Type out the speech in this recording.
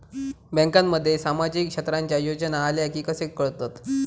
बँकांमध्ये सामाजिक क्षेत्रांच्या योजना आल्या की कसे कळतत?